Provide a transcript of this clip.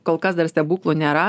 kol kas dar stebuklų nėra